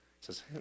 says